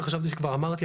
וחשבתי שכבר אמרתי,